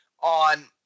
on